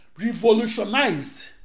revolutionized